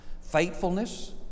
faithfulness